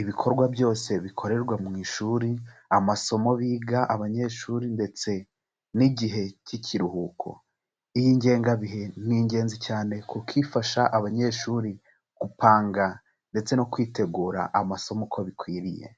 ibikorwa byose bikorerwa mu ishuri, amasomo biga abanyeshuri ndetse n'igihe cy'ikiruhuko. Iyi ngengabihe ni ingenzi cyane kuko ifasha abanyeshuri gupanga ndetse no kwitegura amasomo uko bikwiriye.